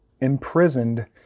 imprisoned